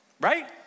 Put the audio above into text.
right